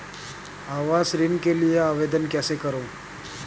आवास ऋण के लिए आवेदन कैसे करुँ?